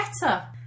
better